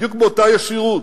בדיוק באותה ישירות: